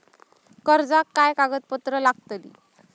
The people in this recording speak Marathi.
कर्जाक काय कागदपत्र लागतली?